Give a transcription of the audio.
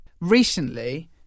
Recently